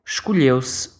Escolheu-se